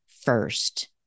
first